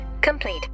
complete